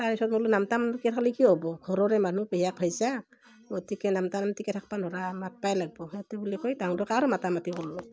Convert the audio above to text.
তাৰপিছত মই বোলো নামতা নামতিকে থাকলি কি হ'ব ঘৰৰে মানুহ পেহীয়েক ভাইজাক গতিকে নামতা নামতিকে থাকবা নৰা মাতবায়ে লাগবো সেইটো বুলি কৈ তাহুন দুয়োকে আৰু মাতা মাতি কল্লু